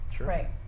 Right